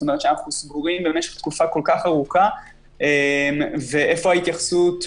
שאנו סגורים במשך תקופה כל כך ארוכה ואיפה ההסתייגויות